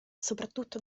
soprattutto